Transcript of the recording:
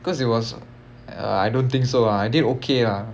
because it was uh I don't think so ah I did okay lah